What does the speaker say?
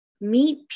meet